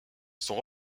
son